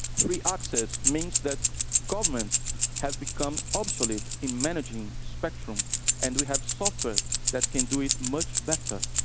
free access means that governments have become absolute in managing spectrum and we have software that can do it much better.